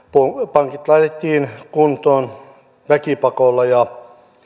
pankit laitettiin kuntoon väkipakolla